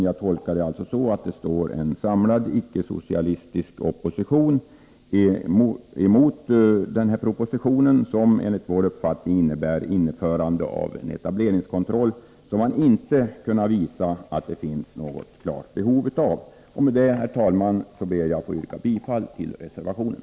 Jag tolkar det så, herr talman, att det står en samlad icke-socialistisk opposition emot propositionen, som enligt vår uppfattning innebär införande av en etableringskontroll, och man har inte kunnat visa att det finns något klart behov av en sådan. Med detta, herr talman, ber jag att få yrka bifall till reservationen.